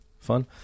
Fun